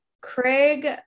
Craig